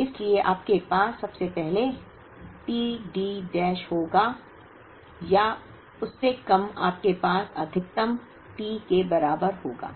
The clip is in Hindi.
इसलिए आपके पास सबसे पहले t D डैश होगा या उससे कम आपके पास अधिकतम T के बराबर होगा